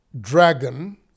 dragon